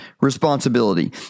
responsibility